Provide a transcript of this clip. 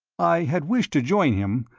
i had wished to join him,